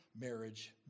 marriage